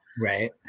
right